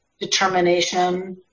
determination